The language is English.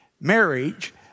marriage